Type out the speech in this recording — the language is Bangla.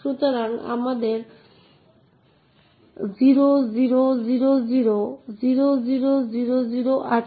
সুতরাং আমাদের কাছে অবজেক্ট ফাইল 1 ফাইল 2 ফাইল 3 এবং একটি নির্দিষ্ট প্রোগ্রাম রয়েছে